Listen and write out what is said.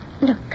Look